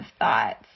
thoughts